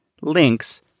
links